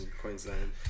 Queensland